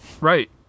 right